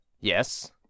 Yes